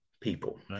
people